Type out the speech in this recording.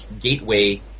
Gateway